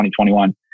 2021